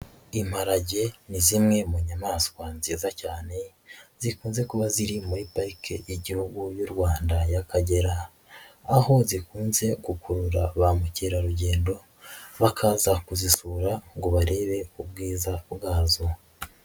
Imparage ni zimwe mu nyamaswa nziza cyane, zikunze kuba ziri muri pariki y'igihugu y'u Rwanda y'Akagera, aho zikunze gukurura ba mukerarugendo, bakaza kuzisura ngo barebe ubwiza bwazo.